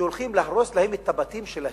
שהולכים להרוס להם את הבתים שלהם,